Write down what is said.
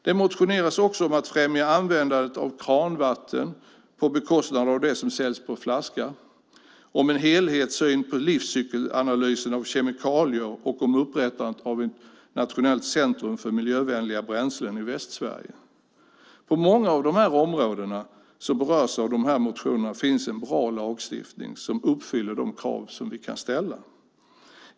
Det motioneras också om att främja användandet av kranvatten på bekostnad av det som säljs på flaska, om en helhetssyn på livscykelanalysen av kemikalier och om upprättandet av ett nationellt centrum för miljövänliga bränslen i Västsverige. På många av de områden som berörs av de här motionerna finns en bra lagstiftning som uppfyller de krav som vi kan ställa.